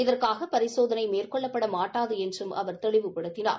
இதற்காக பரிசோதனை மேற்கொள்ளப்பட மாட்டாது என்றும் அவர் தெளிவுபடுத்தினார்